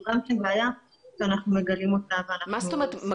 זו גם כן בעיה שאנחנו מגלים אותה --- מה זאת אומרת,